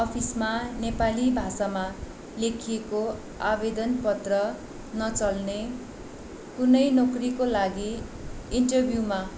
अफिसमा नेपाली भाषामा लेखिएको आवेदन पत्र नचल्ने कुनै नोकरीको लागि इन्टरभ्यूमा